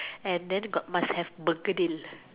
and then got must have Burger deal